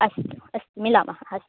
अस्तु अस्तु मिलामः अस्तु